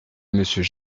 monsieur